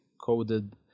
coded